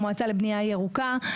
המועצה לבנייה ירוקה,